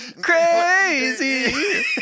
crazy